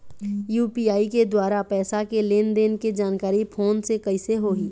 UPI के द्वारा पैसा के लेन देन के जानकारी फोन से कइसे होही?